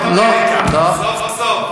להציל את אמריקה,